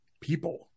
people